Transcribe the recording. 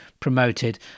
promoted